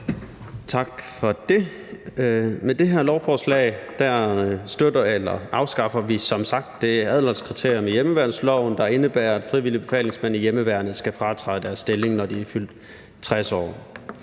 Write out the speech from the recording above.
Tak for det. Med det her lovforslag afskaffer vi som sagt det alderskriterium i hjemmeværnsloven, der indebærer, at frivillige befalingsmænd i hjemmeværnet skal fratræde deres stilling, når de er fyldt 60 år.